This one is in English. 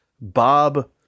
Bob